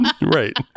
Right